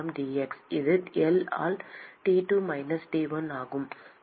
இது L ஆல் T2 minus T1 ஆகும்